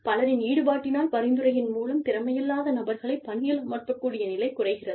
பலரின் ஈடுபாட்டினால் பரிந்துரையின் மூலம் திறமையில்லாத நபர்களை பணியில் அமர்த்தக் கூடிய நிலை குறைகிறது